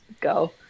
go